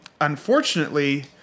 Unfortunately